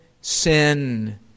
sin